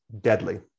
deadly